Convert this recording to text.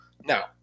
Now